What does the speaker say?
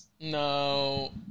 No